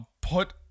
put